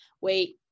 Wait